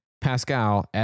Pascal